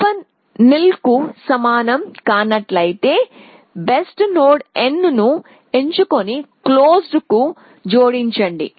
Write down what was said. open నిల్కు సమానం కానట్లయితే బెస్ట్ నోడ్ n ను ఎంచుకుని క్లోజ్డ్కు జోడించండి